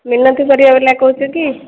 ମିନତି ପରିବା ବାଲା କହୁଛ କି